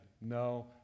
No